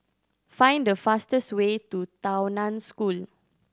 find the fastest way to Tao Nan School